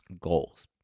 Goals